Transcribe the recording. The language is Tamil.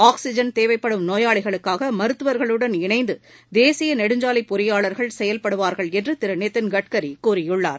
ஆக்ஸிஜன் தேவைப்படும் நோயாளிகளுக்காக மருத்துவர்களுடன் இணைந்து தேசிய நெடுஞ்சாலை பொறியாளர்கள் செயல்படுவார்கள் என்று திரு நிதின் கட்கரி கூறியுள்ளார்